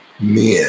men